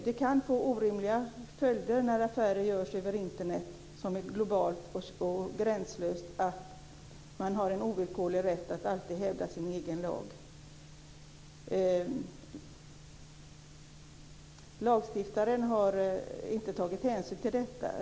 Det kan få orimliga följder när affärer görs över Internet, som är globalt och gränslöst, att man har en ovillkorlig rätt att alltid hävda sin egen lag. Lagstiftaren har inte tagit hänsyn till detta.